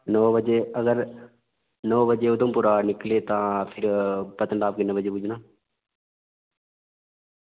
नौ बजे अगर नौ बजे अगर उधमपुर दा निकले तां पत्नीटॉप किन्ने बजे पुज्जना